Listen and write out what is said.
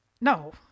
No